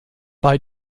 bei